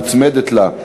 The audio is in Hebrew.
מוצמדת לה,